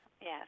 yes